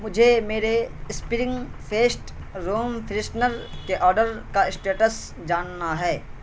مجھے میرے spring fest room freshener کے آڈر کا اسٹیٹس جاننا ہے